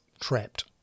trapped